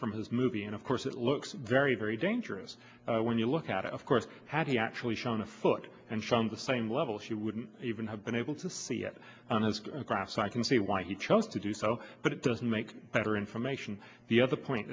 from his movie and of course it looks very very dangerous when you look at it of course how do you actually shown a foot and from the same level she wouldn't even have been able to see it on his grass so i can see why he chose to do so but it doesn't make better information the other point